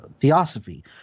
theosophy